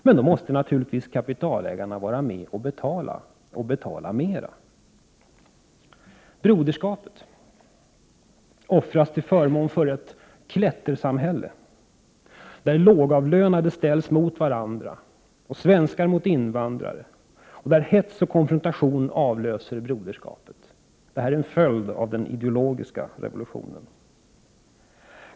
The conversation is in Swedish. Men då måste naturligtvis kapitalägarna vara med och betala — och betala merk 3: Broderskapet offras till förmån för ett ”klättersamhälle”, där lågavlönade ställs mot varandra, där svenskar ställs mot invandrare och där hets och konfrontation avlöser broderskapet. Detta är en följd av den ideologiska revolutionen.